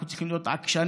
אנחנו צריכים להיות עקשנים,